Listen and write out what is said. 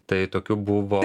tai tokių buvo